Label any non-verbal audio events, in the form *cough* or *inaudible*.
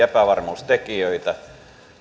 *unintelligible* epävarmuustekijöitä